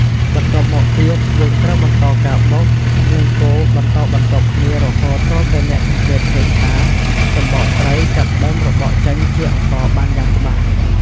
បន្ទាប់មកទៀត យើងត្រូវបន្តការបុក និងកូរបន្តបន្ទាប់គ្នារហូតទាល់តែអ្នកសង្កេតឃើញថាសម្បកស្រូវចាប់ផ្ដើមរបកចេញជាអង្ករបានយ៉ាងច្បាស់។